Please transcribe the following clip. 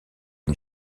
une